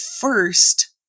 first